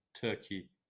Turkey